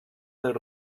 del